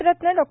Bharat Ratna Dr